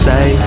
Say